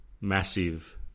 massive